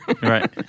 right